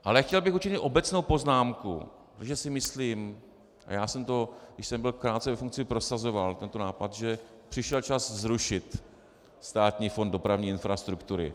Ale chtěl bych učinit obecnou poznámku, protože si myslím, a já jsem to, když jsem byl krátce ve funkci, prosazoval tento nápad, že přišel čas zrušit Státní fond dopravní infrastruktury.